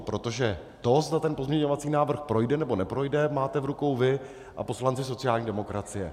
Protože to, zda ten pozměňovací návrh projde, nebo neprojde, máte v rukou vy a poslanci sociální demokracie.